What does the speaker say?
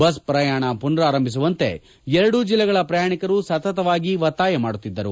bus ಪ್ರಯಾಣ ಪುನಾರಂಭಿಸುವಂತೆ ಎರಡೂ ಜಿಲ್ಲೆಗಳ ಪ್ರಯಾಣಿಕರು ಸತತವಾಗಿ ಒತ್ತಾಯ ಮಾಡುತ್ತಿದ್ದರು